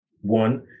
One